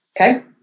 Okay